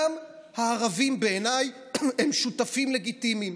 גם הערבים בעיניי הם שותפים לגיטימיים.